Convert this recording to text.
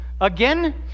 Again